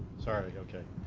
sorry, okay.